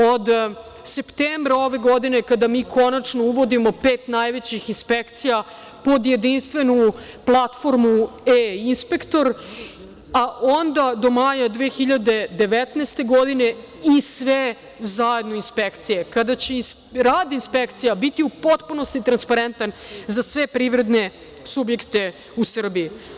Od septembra ove godine, kada konačno uvodimo pet najvećih inspekcija pod jedinstvenu platformu E – inspektor, a onda do maja 2019. godine i sve inspekcije zajedno, kada će rad inspekcija biti u potpunosti transparentan za sve privredne subjekte u Srbiji.